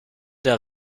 der